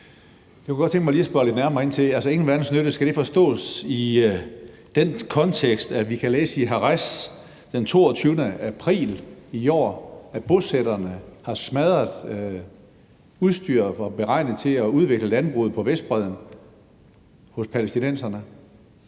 »ingen verdens nytte« forstås i den kontekst, at vi kunne læse i Haaretz den 22. april i år, at bosætterne havde smadret udstyr, der var beregnet til at udvikle landbruget på Vestbredden hos palæstinenserne?